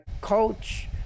coach